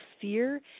fear